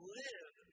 live